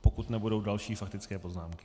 Pokud nebudou další faktické poznámky.